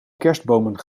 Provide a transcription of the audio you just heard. kerstbomen